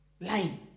line